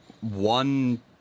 one-